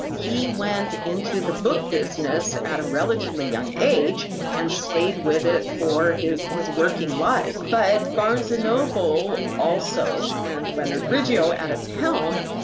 he went into the book business at a relatively young age and stayed with it for his his working life. but barnes and noble also, and leonard riggio at its hell,